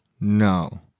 No